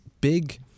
big